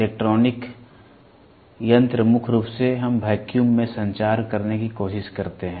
electronic यंत्र मुख्य रूप से हम वैक्यूम में संचार करने की कोशिश करते हैं